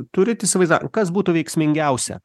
turit įsivaizda kas būtų veiksmingiausia